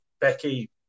Becky